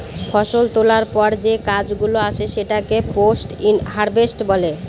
ফষল তোলার পর যে কাজ গুলো আসে সেটাকে পোস্ট হারভেস্ট বলে